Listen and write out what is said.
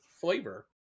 flavor